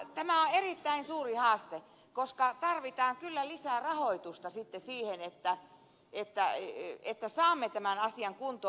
tämä on erittäin suuri haaste koska tarvitaan kyllä lisää rahoitusta sitten siihen että saamme tämän asian kuntoon